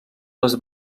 les